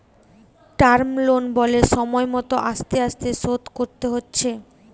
term loan বলে সময় মত আস্তে আস্তে শোধ করতে হচ্ছে